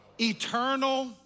eternal